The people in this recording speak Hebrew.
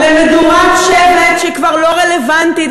למדורת שבט שהיא כבר לא רלוונטית,